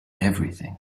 everything